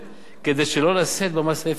כדי שלא לשאת במס האפקטיבי,